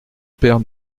père